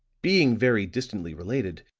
being very distantly related,